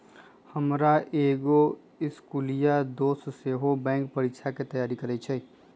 हमर एगो इस्कुलिया दोस सेहो बैंकेँ परीकछाके तैयारी करइ छइ